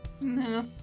No